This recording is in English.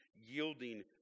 yielding